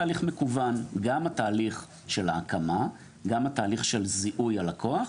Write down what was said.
ההקמה, גם התהליך של זיהוי הלקוח,